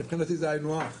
מבחינתי זה היינו הך,